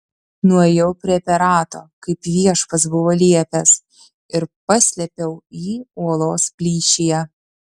nuėjau prie perato kaip viešpats buvo liepęs ir paslėpiau jį uolos plyšyje